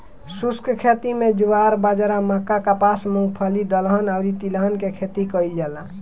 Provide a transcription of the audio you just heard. शुष्क खेती में ज्वार, बाजरा, मक्का, कपास, मूंगफली, दलहन अउरी तिलहन के खेती कईल जाला